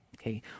Okay